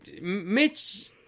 Mitch